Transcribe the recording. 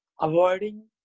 avoiding